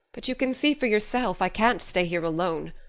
but you can see for yourself. i can't stay here alone.